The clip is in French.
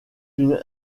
une